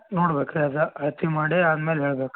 ನೋಡ್ಬೇಕು ರೀ ಅದು ಅಳ್ತೆ ಮಾಡಿ ಆದಮೇಲೆ ಹೇಳ್ಬೇಕು